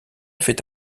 fait